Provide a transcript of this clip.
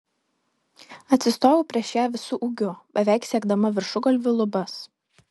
atsistojau prieš ją visu ūgiu beveik siekdama viršugalviu lubas